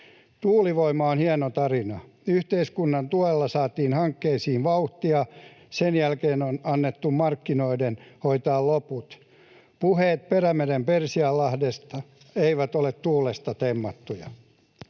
Tuulivoima on hieno tarina. Yhteiskunnan tuella saatiin hankkeisiin vauhtia, ja sen jälkeen on annettu markkinoiden hoitaa loput. Puheet ”Perämeren Persianlahdesta” eivät ole tuulesta temmattuja.